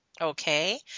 Okay